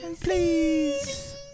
please